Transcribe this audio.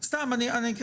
רק